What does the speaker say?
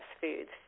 foods